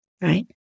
right